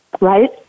right